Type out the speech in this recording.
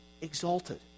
exalted